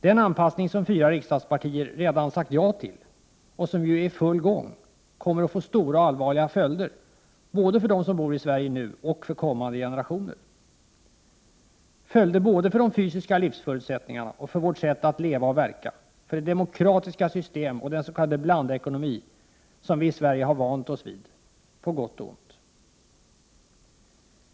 Den anpassning som fyra riksdagspartier redan sagt ja till och som ju är i full gång kommer att få stora och allvarliga följder både för dem som bor i Sverige nu och för kommande generationer, följder både för de fysiska livsförutsättningarna och för vårt sätt att leva och verka, för det demokratiska system och den s.k. blandekonomi som vi i Sverige har vant oss vid på gott och ont.